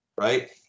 right